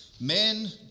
Men